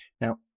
now